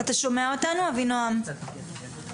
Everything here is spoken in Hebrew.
ספר ימיים.